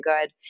good